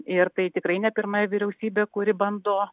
ir tai tikrai ne pirmoji vyriausybė kuri bando